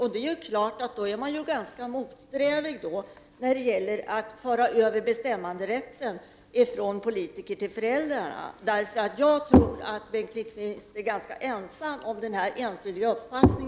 Och med denna inställning är socialdemokraterna naturligtvis ganska motsträviga när det gäller att föra över bestämmanderätten från politiker till föräldrar. Jag tror att Bengt Lindqvist snart kommer att vara ganska ensam om denna ensidiga uppfattning.